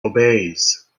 obeys